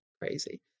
Crazy